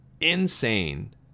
insane